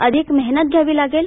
अधिक मेहनत घ्यावी लागेल